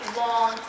long